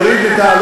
תוריד את,